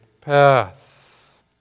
path